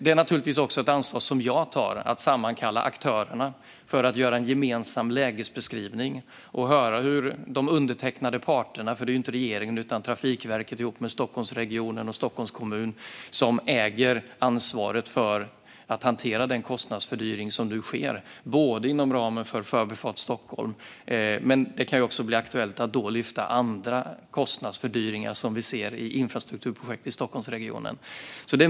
Det är naturligtvis också ett ansvar som jag tar att sammankalla aktörerna för att göra en gemensam lägesbeskrivning och höra de undertecknande parterna - inte regeringen utan Trafikverket, Stockholmsregionen och Stockholms kommun - som äger ansvaret för att hantera den kostnadsökning som nu sker inom ramen för Förbifart Stockholm. Det kan också bli aktuellt att lyfta fram andra kostnadsökningar i infrastrukturprojekt i Stockholmsregionen.